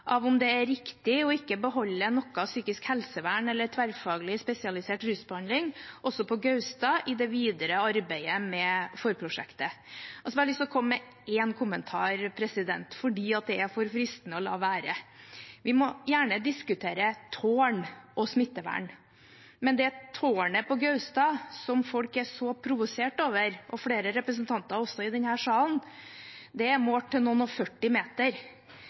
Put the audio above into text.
av om det er riktig ikke å beholde noe psykisk helsevern eller tverrfaglig spesialisert rusbehandling på Gaustad i det videre arbeidet med forprosjektet. Så har jeg bare lyst til å komme med en kommentar, for det er for fristende å la være. Vi må gjerne diskutere tårn og smittevern. Men det tårnet på Gaustad som folk er så provosert over – og flere representanter også i denne salen – er målt til noen og førti meter.